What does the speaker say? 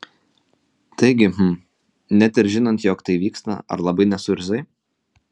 taigi hm net ir žinant jog tai vyksta ar labai nesuirzai